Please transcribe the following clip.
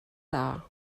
dda